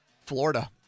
Florida